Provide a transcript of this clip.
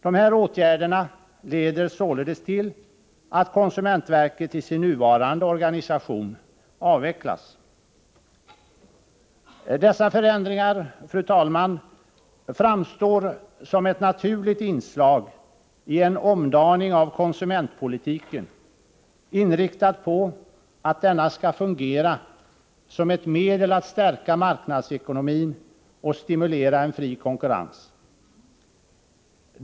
De här åtgärderna leder således till att konsumentverket i sin nuvarande organisation avvecklas. Dessa förändringar, fru talman, framstår som ett naturligt inslag i en omdaning av konsumentpolitiken, inriktad på att denna skall fungera som ett medel att stärka marknadsekonomin och stimulera en fri konkurrens.